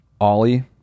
Ollie